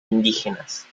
indígenas